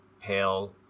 pale